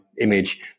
image